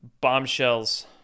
bombshells